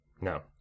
No